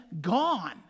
gone